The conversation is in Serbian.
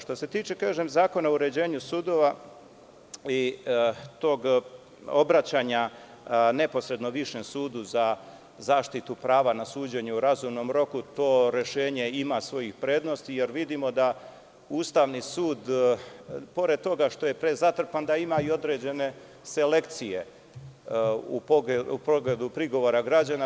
Što se tiče, Zakona o uređenju sudova i tog obraćanja neposredno višem sudu za zaštitu prava na suđenju u razumnom roku, to rešenje ima svojih prednosti, jer vidimo da Ustavni sud, pored toga što je prezatrpan da ima i određene selekcije, u pogledu prigovora građana.